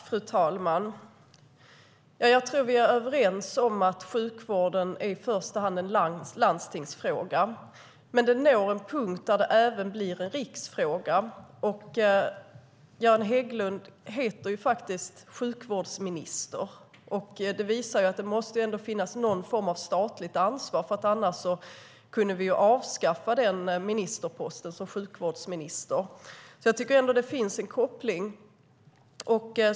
Fru talman! Jag tror att vi är överens om att sjukvården i första hand är en landstingsfråga. Men det finns en punkt då det även blir en riksfråga. Göran Hägglund är ju faktiskt sjukvårdsminister, och det visar att det måste finnas någon form av statligt ansvar - annars kan vi avskaffa titeln sjukvårdsminister. Jag tycker alltså att det finns en koppling.